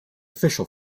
official